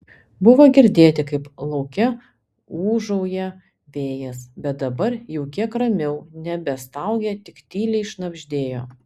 buvo girdėti kaip lauke ūžauja vėjas bet dabar jau kiek ramiau nebestaugė tik tyliai šnabždėjo